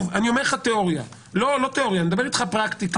אני מדבר איתך על הפרקטיקה.